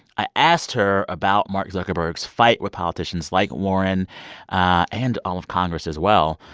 i asked her about mark zuckerberg's fight with politicians like warren ah and all of congress, as well,